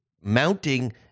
mounting